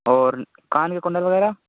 और कान के कुंडल वगैरह